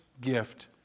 gift